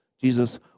Jesus